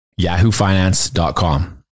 yahoofinance.com